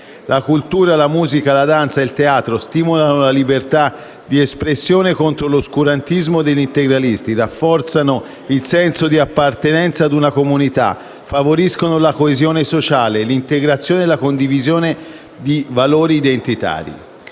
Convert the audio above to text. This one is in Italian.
La cultura, la musica, la danza, il teatro stimolano la libertà di espressione contro l'oscurantismo degli integralismi, rafforzano il senso di appartenenza ad una comunità, favoriscono la coesione sociale, l'integrazione e la condivisione di valori identitari.